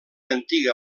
antiga